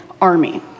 army